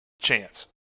chance